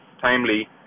timely